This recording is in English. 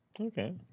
Okay